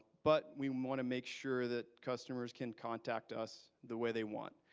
but we want to make sure that customers can contact us the way they want.